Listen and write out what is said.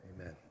Amen